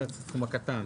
הסכום הקטן.